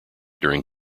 during